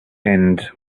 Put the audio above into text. end